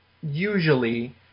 usually